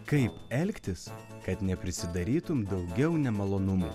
kaip elgtis kad neprisidarytum daugiau nemalonumų